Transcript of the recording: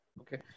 okay